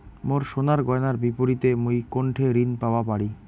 মোর সোনার গয়নার বিপরীতে মুই কোনঠে ঋণ পাওয়া পারি?